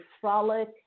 frolic